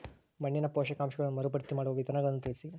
ಮಣ್ಣಿನ ಪೋಷಕಾಂಶಗಳನ್ನು ಮರುಭರ್ತಿ ಮಾಡುವ ವಿಧಾನಗಳನ್ನು ತಿಳಿಸಿ?